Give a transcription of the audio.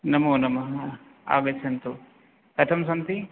नमो नमः आगच्छन्तु कथं सन्ति